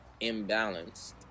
imbalanced